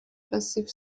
passive